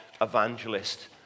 evangelist